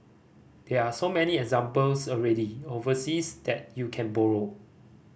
there are so many examples already overseas that you can borrow